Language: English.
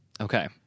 Okay